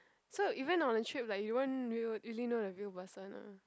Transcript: so even on a trip like you won't knew really knew the real person lah